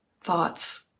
thoughts